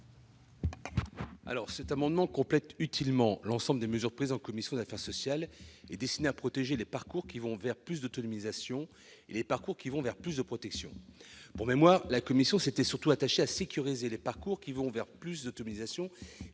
? Cet amendement complète utilement l'ensemble des mesures prises en commission des affaires sociales et destinées à protéger les parcours qui vont vers plus d'autonomisation et plus de protection. Pour mémoire, la commission s'était surtout attachée à sécuriser les parcours qui vont vers plus d'autonomisation,